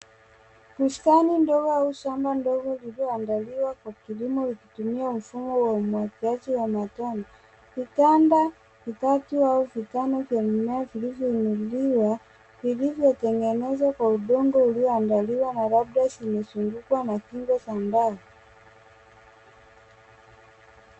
Bustani ndogo au shamba ndogo lilioandaliwa kwa kilimo likitumia mfumo wa umwagiliaji wa matone. Kitanda vitatu au vitanda vya mimea vilivyonunuliwa vilivyotengenezwa kwa udongo ulioandaliwa na labda zimezungukwa na kinge za mbao.